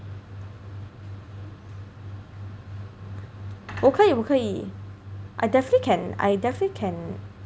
我可以我可以 I definitely can I definitely can